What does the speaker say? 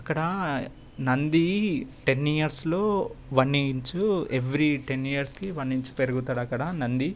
అక్కడ నంది టెన్ ఇయర్స్లో one inch every ten ఇయర్స్కి వన్ ఇంచ్ పెరుగుతాడు అక్కడ నంది